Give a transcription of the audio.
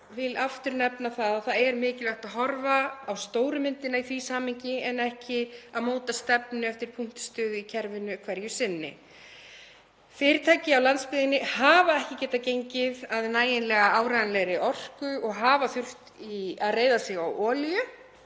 vil aftur nefna að það er mikilvægt að horfa á stóru myndina í því samhengi en ekki að móta stefnu eftir punktstöðu í kerfinu hverju sinni. Fyrirtæki á landsbyggðinni hafa ekki getað gengið að nægilega áreiðanlegri orku og hafa þurft að reiða sig á olíu